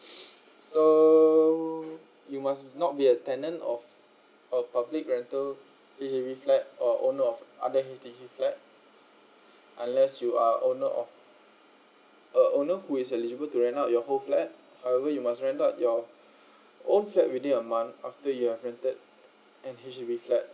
so you must not be a tenant of a public rental H_D_B flat or owner of other H_D_B flat unless you are owner of a owner who is eligible to rent out your whole flat however you must rent out your own flat within a month after you have rented an H_D_B flat